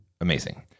Amazing